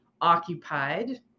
occupied